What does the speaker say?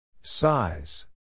Size